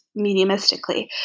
mediumistically